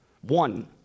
One